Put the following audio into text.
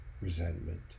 resentment